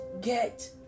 get